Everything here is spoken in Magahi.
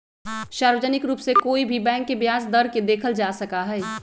सार्वजनिक रूप से कोई भी बैंक के ब्याज दर के देखल जा सका हई